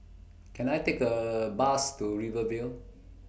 Can I Take A Bus to Rivervale